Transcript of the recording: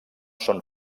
són